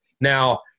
Now